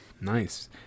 Nice